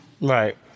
Right